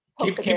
keep